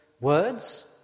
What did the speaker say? words